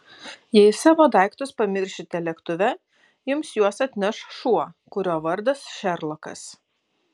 jei savo daiktus pamiršite lėktuve jums juos atneš šuo kurio vardas šerlokas